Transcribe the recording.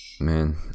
man